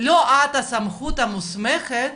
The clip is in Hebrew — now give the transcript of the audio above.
לא את הסמכות המוסמכת